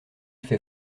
fait